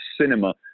cinema